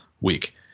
week